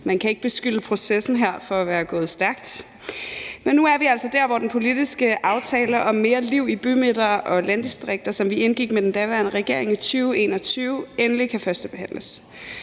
Man kan ikke beskylde processen her for at være gået stærkt. Men nu er vi altså der, hvor den politiske aftale om mere liv i bymidter og landdistrikter, som vi indgik med den daværende regering i 2021, endelig kan førstebehandles.